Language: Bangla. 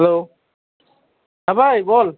হ্যালো হ্যাঁ ভাই বল